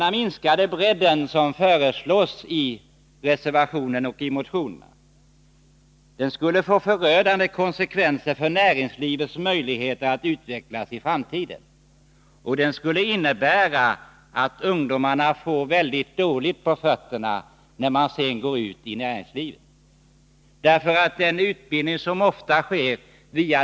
Den minskade bredd som föreslås i motionen och reservationen skulle få förödande konsekvenser för näringslivets möjligheter att utvecklas i framtiden, och den skulle innebära att ungdomarna får mycket dåligt på fötterna när de går ut i näringslivet.